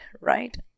right